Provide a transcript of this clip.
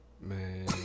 Man